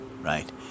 right